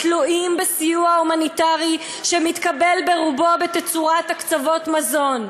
תלויים בסיוע הומניטרי שמתקבל ברובו בצורת הקצבות מזון.